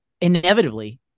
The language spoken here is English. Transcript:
inevitably